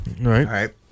Right